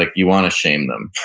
like you want to shame them.